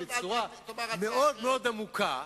בצורה מאוד מאוד עמוקה,